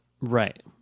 right